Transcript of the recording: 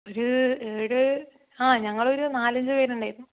ഒരു ഏഴ് ആഹ് ഞങ്ങളൊരു നാലഞ്ച് പേരുണ്ടായിരുന്നു